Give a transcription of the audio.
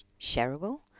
shareable